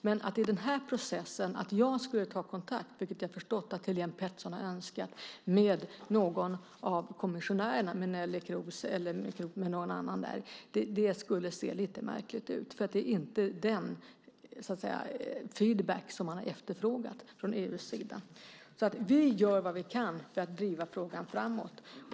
Men att jag i den här processen skulle ta kontakt, vilket jag förstått att Helene Petersson önskar, med någon av kommissionärerna, Nelly Kroes eller någon annan, skulle se lite märkligt ut. Det är inte den feedback som man har efterfrågat från EU:s sida. Vi gör vad vi kan för att driva frågan framåt.